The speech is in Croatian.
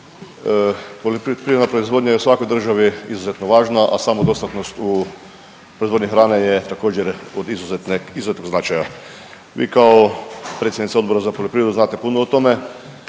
poljoprivredna proizvodnja je u svakoj državi izuzetno važna a samodostatnost u proizvodnji hrane je također od izuzetnog značaja. Vi kao predsjednica Odbora za poljoprivredu znate puno o tome.